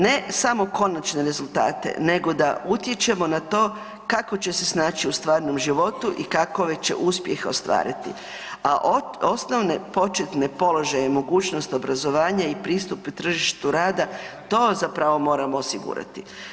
Ne samo konačne rezultate, nego da utječemo na to kako će se snaći u stvarnom životu i kakove će uspjehe ostvariti, a osnovne početne položaje i mogućnost obrazovanja i pristup tržištu rada, to zapravo moramo osigurati.